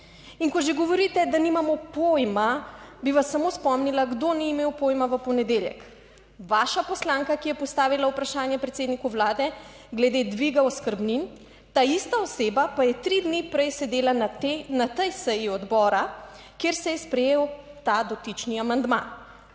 In ko že govorite, da nimamo pojma, bi vas samo spomnila, kdo ni imel pojma v ponedeljek. Vaša poslanka, ki je postavila vprašanje predsedniku Vlade glede dviga oskrbnin, ta ista oseba pa je tri dni prej sedela na tej seji odbora, kjer se je sprejel ta dotični amandma,